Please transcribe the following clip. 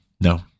No